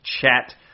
chat